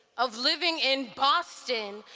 of living in boston,